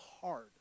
hard